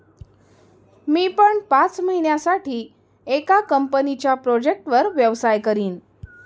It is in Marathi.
मी पण पाच महिन्यासाठी एका कंपनीच्या प्रोजेक्टवर व्यवसाय करीन